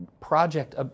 project